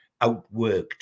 outworked